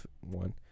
one